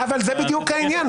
אבל זה בדיוק העניין.